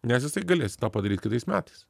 nes jisai galės padaryt kitais metais